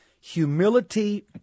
Humility